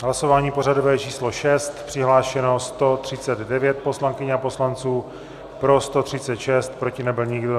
Hlasování pořadové číslo 6, přihlášeno 139 poslankyň a poslanců, pro 136, proti nebyl nikdo.